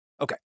Okay